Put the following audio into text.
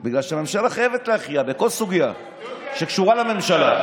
כי הממשלה חייבת להכריע בכל סוגיה שקשורה לממשלה.